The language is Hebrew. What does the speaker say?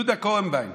יהודה קורנביין